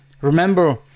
remember